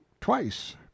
twice